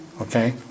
okay